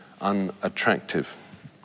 unattractive